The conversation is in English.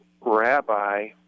rabbi